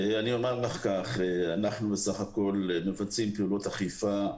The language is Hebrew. אנחנו בסך הכול מבצעים פעולות אכיפה.